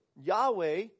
Yahweh